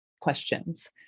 questions